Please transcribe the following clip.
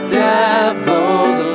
devil's